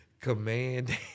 Command